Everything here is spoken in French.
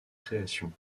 créations